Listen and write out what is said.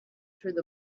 through